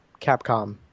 Capcom